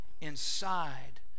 inside